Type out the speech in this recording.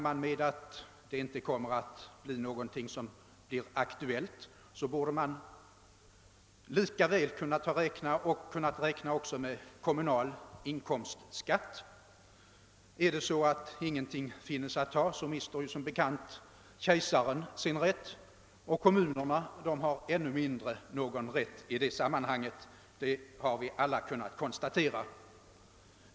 Om det inte blir aktuellt med någon beskattning, bör man väl inte heller räkna med kommunal inkomstskatt. Där ingenting finns att ta, där har kejsaren som bekant förlorat sin rätt. Och kommunerna har ännu mindre rätt i det sammanhanget. Det har vi alla kunnat konstatera.